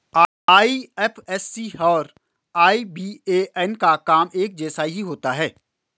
IFSC और IBAN का काम एक जैसा ही होता है